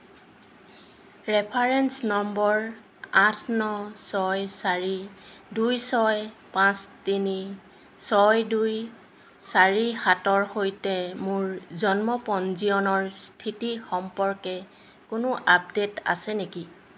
reference number আঠ ন ছয় চাৰি দুই ছয় পাঁচ তিনি ছয় দুই চাৰি সাতৰ সৈতে মোৰ জন্ম পঞ্জীয়নৰ স্থিতি সম্পৰ্কে কোনো আপডেট আছে নেকি